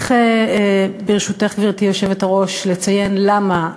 ברשותך, גברתי היושבת-ראש, צריך לציין למה,